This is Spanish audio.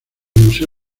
museo